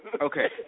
Okay